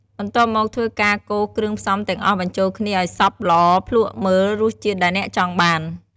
បន្ទាប់មកធ្វើរការកូរគ្រឿងផ្សំទាំងអស់បញ្ចូលគ្នាឲ្យសព្វល្អភ្លក្សមើលរសជាតិដែលអ្នកចង់បាន។